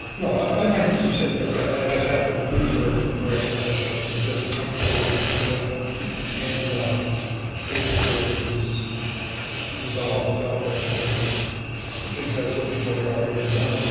no, i can just say that yeah that has happened to me where where i suggested something on the agenda and basically it was resolved without that because the things i was looking for had already been done.